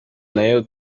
nayo